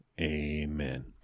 Amen